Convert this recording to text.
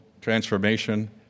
transformation